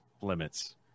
limits